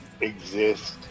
exist